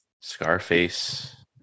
Scarface